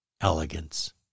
elegance